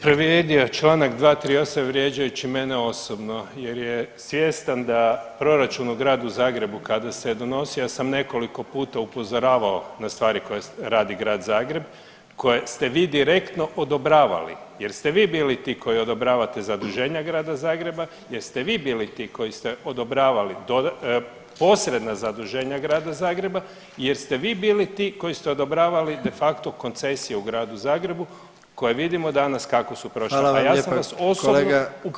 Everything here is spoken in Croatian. povrijedio je čl. 238 vrijeđajući mene osobno jer je svjestan da proračun u Gradu Zagrebu, kada se donosio, ja sam nekoliko puta upozoravao na stvari koje radi Grad Zagreb, koje ste vi direktno odobravali jer ste vi bili ti koji odobravate zaduženja Grada Zagreba jer ste vi bili ti koji ste odobravali .../nerazumljivo/... posredna zaduženja Grada Zagreba jer ste vi bili ti koji ste odobravali de facto koncesije u Gradu Zagrebu koje vidimo danas kako su prošle, a ja sam vas osobno